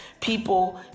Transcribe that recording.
people